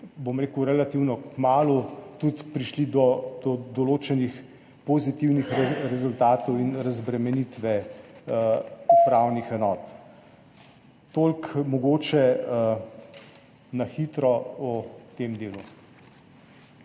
temi ukrepi relativno kmalu prišli do določenih pozitivnih rezultatov in razbremenitve upravnih enot. Toliko mogoče na hitro o tem delu.